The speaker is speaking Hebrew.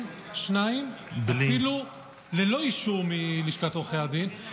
שניים אפילו ללא אישור מלשכת עורכי הדין.